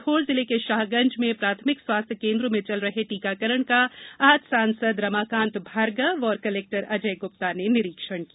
सीहोर जिले के शाहगंज में प्राथमिक स्वास्थ्य केन्द्र में चल रहे टीकाकरण का आज सांसद रमाकान्त भार्गव और कलेक्टर अजय ग्प्ता ने निरीक्षण किया